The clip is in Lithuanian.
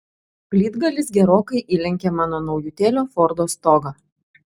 plytgalis gerokai įlenkė mano naujutėlio fordo stogą